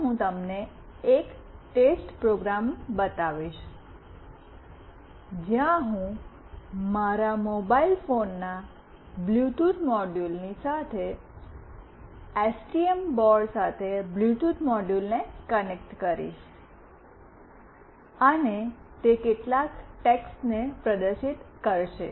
પહેલા હું તમને એક ટેસ્ટ પ્રોગ્રામ બતાવીશ જ્યાં હું મારા મોબાઇલ ફોનના બ્લૂટૂથ મોડ્યુલની સાથે એસટીએમ બોર્ડ સાથે બ્લૂટૂથ મોડ્યુલને કનેક્ટ કરીશ અને તે કેટલાક ટેક્સ્ટ ને પ્રદર્શિત કરશે